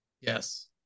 Yes